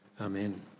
Amen